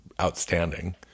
outstanding